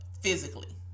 physically